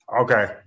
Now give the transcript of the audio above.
Okay